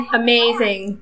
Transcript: amazing